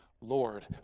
Lord